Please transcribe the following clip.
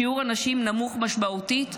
שיעור הנשים נמוך משמעותית,